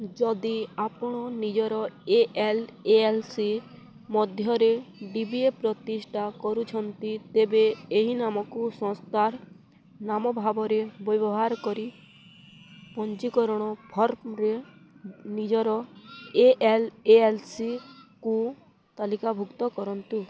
ଯଦି ଆପଣ ନିଜର A L A L C ମଧ୍ୟରେ ଡ଼ି ବି ଏ ପ୍ରତିଷ୍ଠା କରୁଛନ୍ତି ତେବେ ଏହି ନାମକୁ ସଂସ୍ଥାର ନାମ ଭାବରେ ବ୍ୟବହାର କରି ପଞ୍ଜୀକରଣ ଫର୍ମରେ ନିଜର A L A L C କୁ ତାଲିକାଭୁକ୍ତ କରନ୍ତୁ